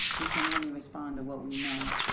we can only respond to what we know.